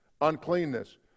uncleanness